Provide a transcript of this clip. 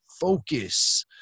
focus